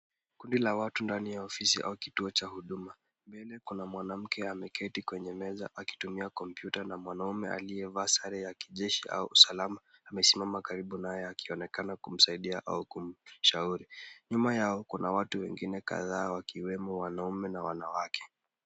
Kundi la watu ndani ya ofisi au kituo cha huduma, mbele kuna mwanamke ameketi kwenye meza akitumia kompyuta na mwanamume aliyevaa sare ya kijeshi au usalama amesimama karibu na yeye akionekana kumsaidia au kumshauri. Nyuma yao kuna watu wengine kadhaa wakiwemo wanaume na wanawake.